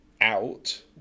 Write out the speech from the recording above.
out